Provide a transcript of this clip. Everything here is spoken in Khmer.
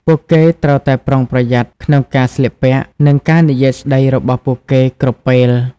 ពួកគេត្រូវតែប្រុងប្រយ័ត្នក្នុងការស្លៀកពាក់ និងការនិយាយស្តីរបស់ពួកគេគ្រប់ពេល។